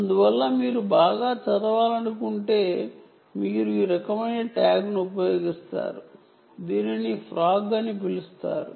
అందువల్ల మీరు బాగా చదవాలనుకుంటే మీరు ఈ రకమైన ట్యాగ్ను ఉపయోగిస్తారు దీనిని ఫ్రాగ్ త్రి డి ట్యాగ్ అని పిలుస్తారు